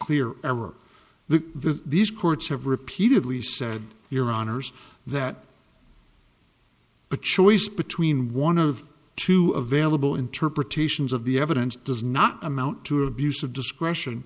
clear ever the these courts have repeatedly said your honour's that a choice between one of two available interpretations of the evidence does not amount to abuse of discretion